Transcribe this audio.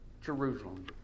Jerusalem